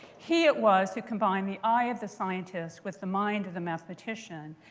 he, it was, who combined the eye of the scientist with the mind of the mathematician.